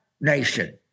nation